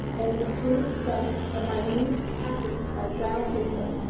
and withdrew thence a minute packet of brown paper.